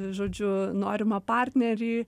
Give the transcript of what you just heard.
žodžiu norimą partnerį